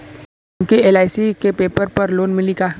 हमके एल.आई.सी के पेपर पर लोन मिली का?